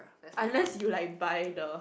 unless you like buy the